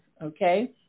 okay